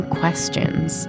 questions